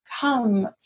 come